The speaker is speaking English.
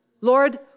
Lord